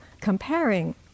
comparing